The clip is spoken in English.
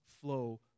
flow